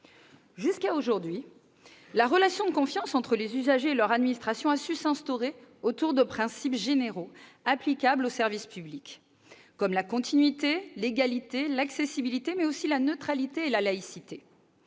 Jusqu'à aujourd'hui, la relation de confiance entre les usagers et leur administration a su s'instaurer autour de principes généraux applicables au service public, comme la continuité, l'égalité, l'accessibilité, mais aussi la neutralité et la laïcité.